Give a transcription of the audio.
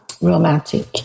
romantic